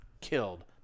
killed